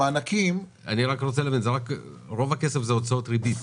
אני רוצה להבין, רוב הכסף זה הוצאות ריבית?